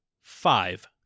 five